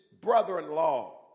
brother-in-law